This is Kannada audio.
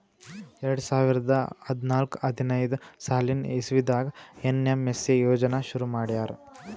ಎರಡ ಸಾವಿರದ್ ಹದ್ನಾಲ್ಕ್ ಹದಿನೈದ್ ಸಾಲಿನ್ ಇಸವಿದಾಗ್ ಏನ್.ಎಮ್.ಎಸ್.ಎ ಯೋಜನಾ ಶುರು ಮಾಡ್ಯಾರ್